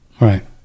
Right